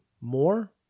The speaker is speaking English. more